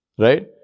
Right